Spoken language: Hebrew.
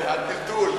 הטלטול.